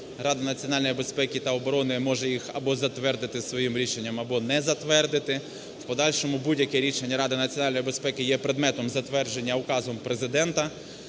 Рада національної безпеки та оборони може їх або затвердити своїм рішенням, або не затвердити. В подальшому будь-яке рішення Ради національної безпеки є предметом затвердження указом Президента.